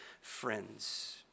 friends